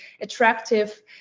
attractive